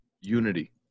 unity